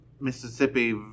Mississippi